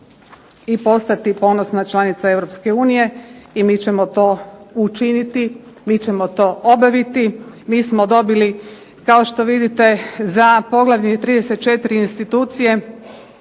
i postati ponosna članica Europske unije i mi ćemo to učiniti, mi ćemo to obaviti. Mi smo dobili kao što vidite za poglavlje 34. – Institucije